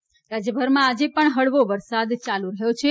વરસાદ રાજયભરમાં આજે પણ હળવો વરસાદ યાલુ રહ્યો છે